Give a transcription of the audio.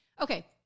okay